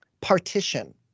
partition